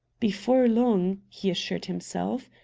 before long, he assured himself,